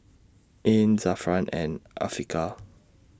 Ain Zafran and Afiqah